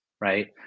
right